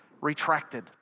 retracted